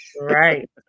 Right